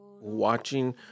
Watching